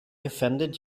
offended